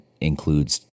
includes